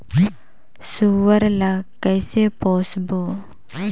सुअर ला कइसे पोसबो?